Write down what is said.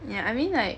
yeah I mean like